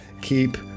keep